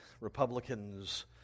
Republicans